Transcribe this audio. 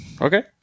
Okay